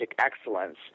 excellence